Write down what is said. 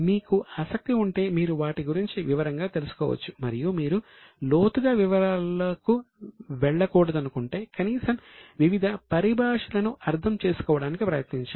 మీకు ఆసక్తి ఉంటే మీరు వాటి గురించి వివరంగా తెలుసుకోవచ్చు మరియు మీరు లోతుగా వివరాలకు వెళ్లకూడదనుకుంటే కనీసం వివిధ పరిభాషలను అర్థం చేసుకోవడానికి ప్రయత్నించండి